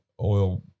oil